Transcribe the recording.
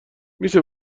میشه